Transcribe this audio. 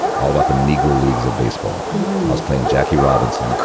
all about the negro leagues of baseball. i was playing jackie robinson.